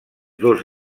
dos